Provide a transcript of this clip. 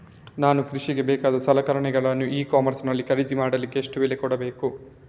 ನಾನು ಕೃಷಿಗೆ ಬೇಕಾದ ಸಲಕರಣೆಗಳನ್ನು ಇ ಕಾಮರ್ಸ್ ನಲ್ಲಿ ಖರೀದಿ ಮಾಡಲಿಕ್ಕೆ ಎಷ್ಟು ಬೆಲೆ ಕೊಡಬೇಕು?